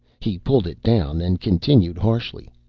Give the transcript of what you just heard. he pulled it down and continued harshly,